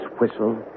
whistle